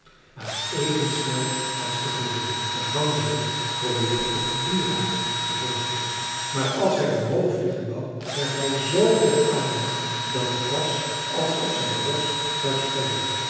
maar even snel als te voren de ganzerik probeerde ook dien raad te volgen maar als hij omhoog vliegen wou werd hij z kortademig dat het was alsof zijn borst zou springen